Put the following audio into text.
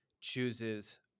chooses